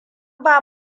ba